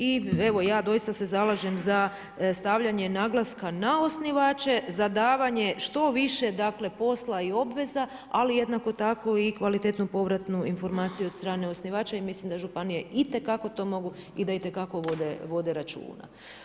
I evo ja doista se zalažem na stavljanje naglaska na osnivače za osnivače za davanje što više posla i obveza, ali jednako tako i kvalitetnu povratnu informaciju od strane osnivača i mislim da županije itekako to mogu i da itekako vode računa.